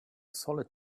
solid